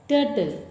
Turtle